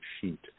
sheet